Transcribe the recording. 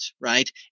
right